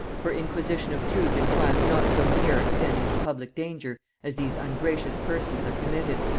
for inquisition of truth in crimes not so near extending to public danger as these ungracious persons have committed,